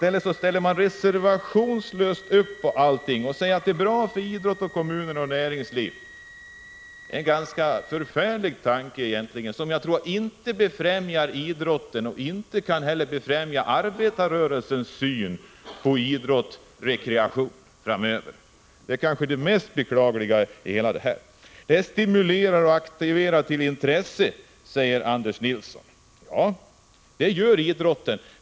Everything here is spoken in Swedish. Tvärtom ställer man reservationslöst upp på allting och säger att det är bra för idrott, kommuner och näringsliv. Det är en ganska förfärlig tanke egentligen, som jag inte tror befrämjar idrotten och inte heller arbetarrörelsens syn på idrott och rekreation framöver. Det kanske är det mest beklagliga i hela historien. Det aktiverar och stimulerar till intresse, säger Anders Nilsson. Ja, det gör idrotten.